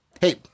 Hey